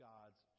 God's